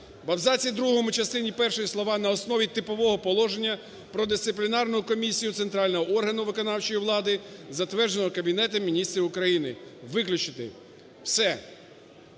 В абзаці другому частини першої слова "на основі Типового положення про Дисциплінарну комісію центрального органу виконавчої влади, затвердженого Кабінетом Міністрів України" виключити. Все.